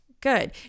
good